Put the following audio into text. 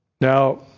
Now